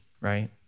right